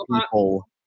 people